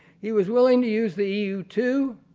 he was willing to use the u two,